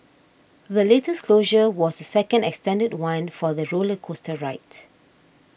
the latest closure was second extended one for the roller coaster ride